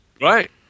Right